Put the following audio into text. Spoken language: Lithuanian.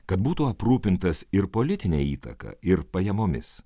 kad būtų aprūpintas ir politine įtaka ir pajamomis